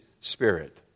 spirit